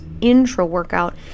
intra-workout